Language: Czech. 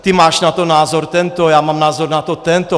Ty máš na to názor tento, já mám názor na to tento.